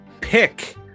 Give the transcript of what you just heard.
pick